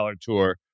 tour